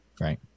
Right